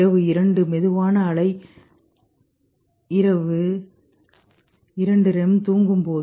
இரவு 2 மெதுவான அலை இரவு 2 REM தூங்கும்போது